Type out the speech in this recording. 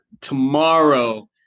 tomorrow